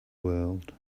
world